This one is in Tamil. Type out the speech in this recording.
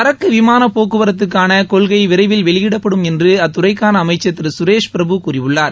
சரக்கு விமான போக்குவரத்துக்கான கொள்கை விரைவில் வெளியிடப்படும் என்று அத்துறைக்கான அமைச்சர் திரு சுரேஷ் பிரபு கூறியுள்ளார்